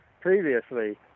previously